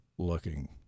looking